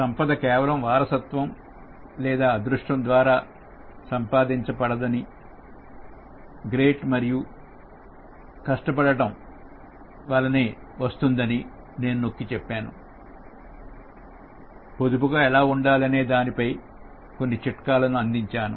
సంపద కేవలం వారసత్వం లేదా అదృష్టం ద్వారా సంపాదించ పడదని గ్రేట్ మరియు కష్టపడటం వలనే వస్తుందని నేను నొక్కి చెప్పాను పొదుపుగా ఎలా ఉండాలనే దానిపై కొన్ని చిట్కాలను అందించాను